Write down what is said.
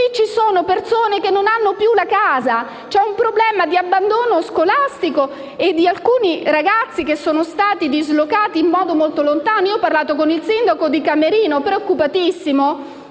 ci sono persone che non hanno più una casa. C'è un problema di abbandono scolastico e di alcuni ragazzi che sono stati dislocati molto lontano. Io ho parlato con il sindaco di Camerino, che è preoccupatissimo,